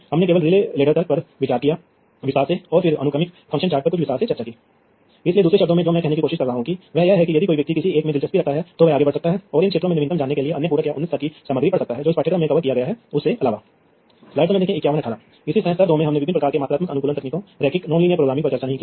तो अब मान लीजिए कि यह नंबर चार डिवाइस नंबर दो के साथ बात करना चाहता है इसलिए यह इस डेटा को बस में प्रसारित करेगा यह रिपीटर में जाएगा और फिर रिपीटर जानता है कि क्या यह वास्तव में इसके लिए है यह इस रिपीटर में जाएगा यह इस पुनरावर्तक के पास भी जाएगा